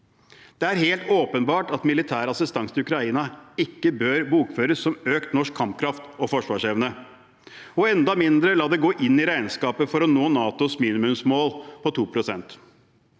Det er helt åpenbart at militær assistanse til Ukraina ikke bør bokføres som økt norsk kampkraft og forsvarsevne, og enda mindre at man bør la det gå inn i regnskapet for å nå NATOs minimumsmål på 2 pst.